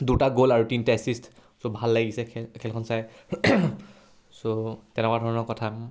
দুটা গ'ল আৰু তিনিটা এচিষ্ট চ' ভাল লাগিছে খেলখন চাই চ' তেনেকুৱা ধৰণৰ কথা